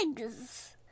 eggs